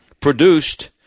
produced